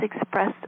expressed